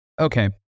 Okay